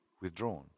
withdrawn